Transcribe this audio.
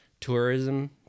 tourism